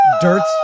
dirt's